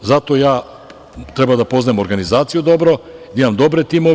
Zato ja treba da poznajem organizaciju dobro, da imam dobre timove.